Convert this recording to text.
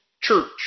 church